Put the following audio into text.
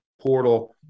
portal